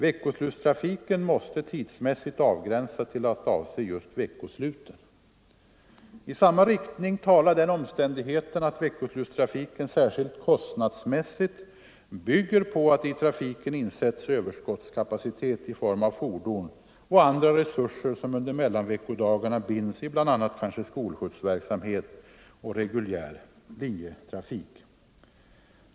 I samma riktning — alltså avgränsningen till veckosluten — talar den omständigheten att veckoslutstrafiken särskilt kostnadsmässigt bygger på att i trafiken insätts överskottskapacitet i form av fordon och andra resurser som under mellanveckodagarna binds i bl.a. skolskjutsverksamhet och reguljär linjetrafik.